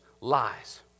lies